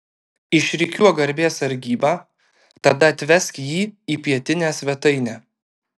išrikiuok garbės sargybą tada atvesk jį į pietinę svetainę